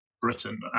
Britain